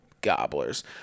Gobblers